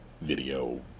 video